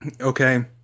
okay